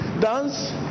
dance